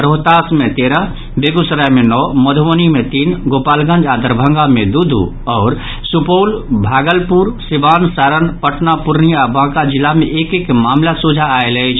रोहतास मे तेरह बेगूसराय मे नओ मधुबनी मे तीन गोपालगंज आ दरभंगा मे दू दू आओर सुपौल भागलपुर सिवान सारण पटना पूर्णिया आ बांका जिला मे एक एक मामिला सोंझा आयल अछि